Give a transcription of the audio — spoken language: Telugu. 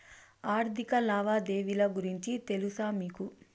ఆర్థిక లావాదేవీల గురించి తెలుసా మీకు